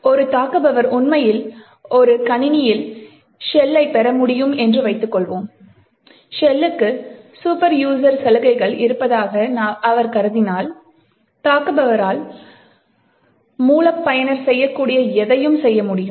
ஒரு தாக்குபவர் உண்மையில் ஒரு கணினியில் ஷெல் பெற முடியும் என்று வைத்துக்கொள்வோம் ஷெல்லுக்கு சூப்பர் உசர் சலுகைகள் இருப்பதாக அவர் கருதினால் தாக்குபவரால் மூல பயனர் செய்யக்கூடிய எதையும் செய்ய முடியும்